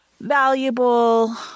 valuable